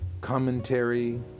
commentary